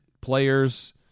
Players